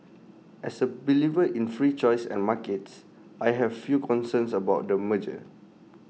as A believer in free choice and markets I have few concerns about the merger